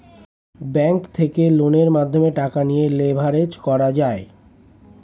bank থেকে লোনের মাধ্যমে টাকা নিয়ে লেভারেজ করা যায়